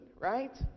right